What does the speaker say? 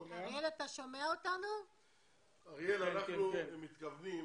אנחנו מתכוונים